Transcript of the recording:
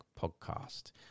podcast